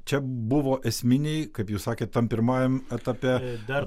čia buvo esminiai kaip jūs sakėt tam pirmajam etape dar